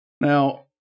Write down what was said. Now